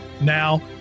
Now